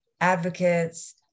advocates